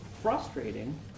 frustrating